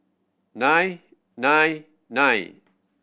nine nine nine